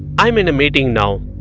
i am in a meeting now